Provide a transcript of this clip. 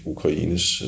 Ukraines